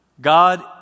God